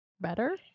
Better